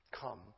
Come